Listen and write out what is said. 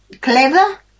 clever